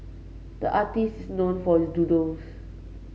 the artist is known for his doodles